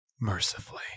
mercifully